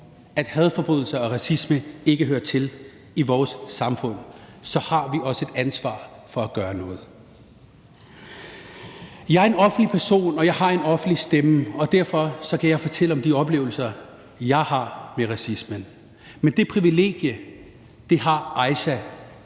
at hadforbrydelser og racisme ikke hører til i vores samfund, så har vi også et ansvar for at gøre noget. Jeg er en offentlig person, og jeg har en offentlig stemme, og derfor kan jeg fortælle om de oplevelser, jeg har med racismen. Men det privilegie har Aisha